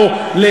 שמפסידה,